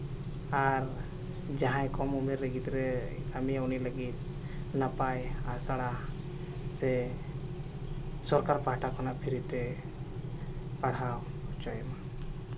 ᱟᱨ ᱡᱟᱦᱟᱸᱭ ᱠᱚ ᱢᱩᱫᱽᱨᱮ ᱜᱤᱫᱽᱨᱟᱹ ᱠᱟᱹᱢᱤᱭᱟ ᱩᱱᱤ ᱞᱟᱹᱜᱤᱫ ᱱᱟᱯᱟᱭ ᱟᱥᱲᱟ ᱥᱮ ᱥᱚᱨᱠᱟᱨ ᱯᱟᱦᱴᱟ ᱠᱷᱚᱱᱟᱜ ᱯᱷᱨᱤ ᱛᱮ ᱯᱟᱲᱦᱟᱣ ᱦᱚᱪᱚᱭᱮ ᱢᱟ